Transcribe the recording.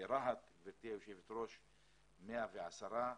ברהט, גברתי היושבת-ראש יש 110 חולים.